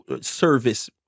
service